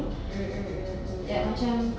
mm mm mm mm mm